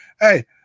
hey